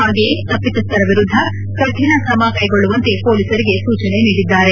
ಹಾಗೆಯೇ ತಪ್ಪಿತಸ್ಲರ ವಿರುದ್ದ ಕಠಿಣ ಕ್ರಮಕ್ಕೆಗೊಳ್ಳುವಂತೆ ಪೊಲೀಸರಿಗೆ ಸೂಚನೆ ನೀಡಿದ್ದಾರೆ